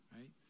right